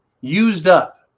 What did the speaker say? used-up